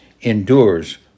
endures